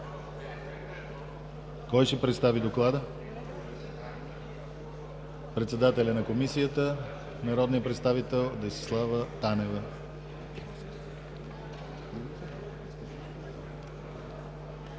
Кой ще представи доклада? Председателят на Комисията – народният представител Десислава Танева.